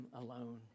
alone